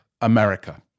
America